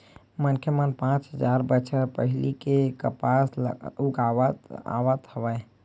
मनखे मन पाँच हजार बछर पहिली ले कपसा उगावत आवत हवय